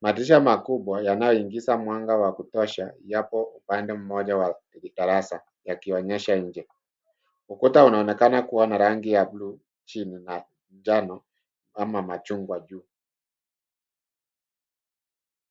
Madirisha makubwa yanayoingiza mwanga wa kutosha yapo upande mmoja wa darasa yakionyesha nje. Ukuta unaonekana kuwa na rangi ya bluu chini na njano ama machungwa juu.